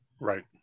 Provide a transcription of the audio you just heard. Right